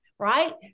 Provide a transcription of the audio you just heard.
right